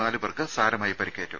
നാലുപേർക്ക് സാരമായി പരിക്കേറ്റു